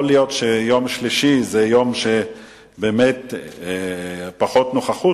יכול להיות שיום שלישי זה יום שבאמת יש בו פחות נוכחות,